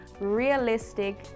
Realistic